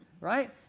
Right